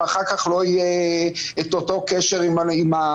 ואחר כך לא יהיה קשר עם הילדים.